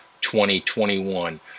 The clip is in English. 2021